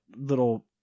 little